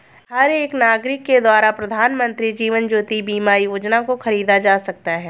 हर एक नागरिक के द्वारा प्रधानमन्त्री जीवन ज्योति बीमा योजना को खरीदा जा सकता है